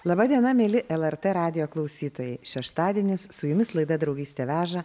laba diena mieli lrt radijo klausytojai šeštadienis su jumis laida draugystė veža